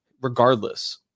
Regardless